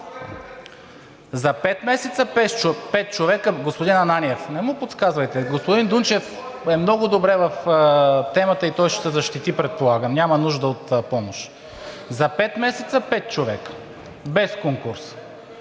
За пет месеца пет човека – без конкурс.